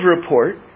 report